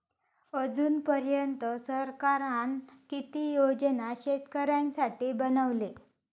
अजून पर्यंत सरकारान किती योजना शेतकऱ्यांसाठी बनवले?